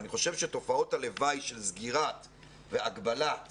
אני חושב שתופעות הלוואי של סגירת והגבלת